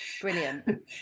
Brilliant